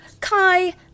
Kai